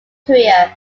career